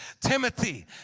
Timothy